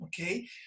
okay